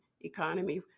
economy